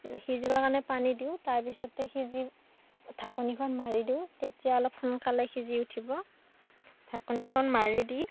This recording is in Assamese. সিজিবৰ কাৰণে পানী দিওঁ তাৰপিছতে সিজি ঢাকনিখন মাৰি দিওঁ তেতিয়া অলপ সোনকালে সিজি উঠিব ঢাকনিখন মাৰি দি